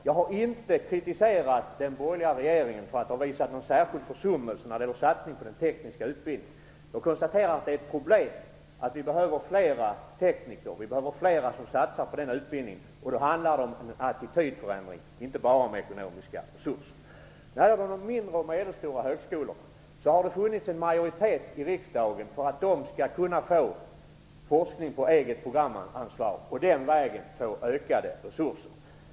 Jag har inte kritiserat den borgerliga regeringen för att ha gjort sig skyldig till några särskilda försummelser i satsningarna på den tekniska utbildningen. Jag konstaterar att det är ett problem att vi behöver fler som satsar på teknisk utbildning. Det handlar då inte bara om ekonomiska resurser utan också om en attitydförändring. När det gäller de mindre och medelstora högskolorna har det funnits en majoritet i riksdagen för att de skall kunna få forskning på eget programanslag och på den vägen få ökade resurser.